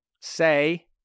say